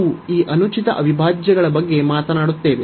ನಾವು ಈ ಅನುಚಿತ ಅವಿಭಾಜ್ಯಗಳ ಬಗ್ಗೆ ಮಾತನಾಡುತ್ತೇವೆ